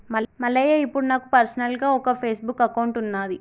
మల్లయ్య ఇప్పుడు నాకు పర్సనల్గా ఒక ఫేస్బుక్ అకౌంట్ ఉన్నది